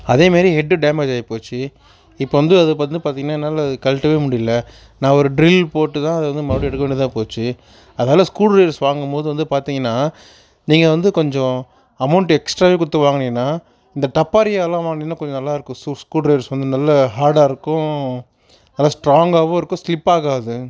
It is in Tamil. அதே மாதிரி ஹெட்டு டேமேஜ் ஆகி போச்சு இப்போ வந்து அதை பார்த்தீங்கனா என்னால் கழட்டவே முடியல நான் ஒரு ட்ரில் போட்டுதான் அதை வந்து மறுபடியும் எடுக்க வேண்டியதாக போச்சு அதால் ஸ்க்ரூ ட்ரைவர்ஸ் வாங்கும்போது வந்து பார்த்திங்கனா நீங்கள் வந்து கொஞ்சம் அமௌண்டை எக்ஸ்ட்ராவே கொடுத்து வாங்கினிங்கனா இந்த டப்பாரியாலாம் வாங்கினிங்கனா கொஞ்சம் நல்லாயிருக்கும் ஸ்க்ரூ ட்ரைவர்ஸ் வந்து நல்ல ஹாடாக இருக்கும் நல்ல ஸ்ட்ராங்காகவும் இருக்கும் ஸ்லிப்பாகாது